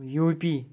U P